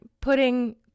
putting